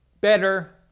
better